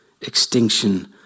extinction